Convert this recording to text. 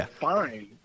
fine